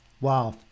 Wow